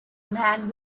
man